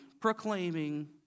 proclaiming